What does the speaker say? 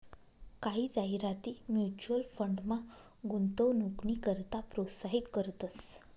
कायी जाहिराती म्युच्युअल फंडमा गुंतवणूकनी करता प्रोत्साहित करतंस